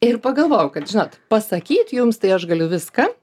ir pagalvojau kad žinot pasakyt jums tai aš galiu viską